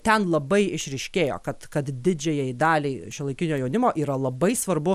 ten labai išryškėjo kad kad didžiajai daliai šiuolaikinio jaunimo yra labai svarbu